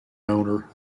owner